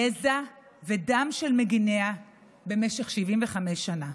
יזע ודם של מגיניה במשך 75 שנה.